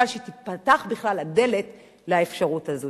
אבל שתיפתח בכלל הדלת לאפשרות הזאת.